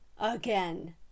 again